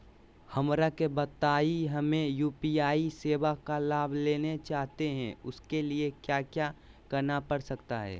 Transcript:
हमरा के बताइए हमें यू.पी.आई सेवा का लाभ लेना चाहते हैं उसके लिए क्या क्या करना पड़ सकता है?